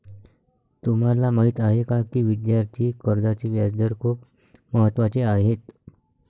तुम्हाला माहीत आहे का की विद्यार्थी कर्जाचे व्याजदर खूप महत्त्वाचे आहेत?